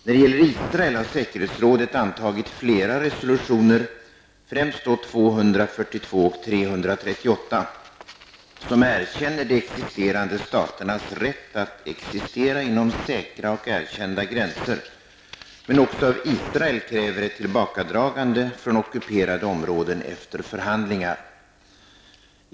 När det gäller Israel har säkerhetsrådet antagit flera resolutioner, främst 242 och 338, som erkänner de existerande staternas rätt att existera inom säkra och erkända gränser, men också av Israel kräver ett tillbakadragande från ockuperade områden efter förhandlingar.